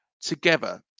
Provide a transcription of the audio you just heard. together